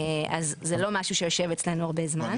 אז זה לא משהו שיושב אצלנו הרבה זמן.